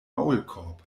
maulkorb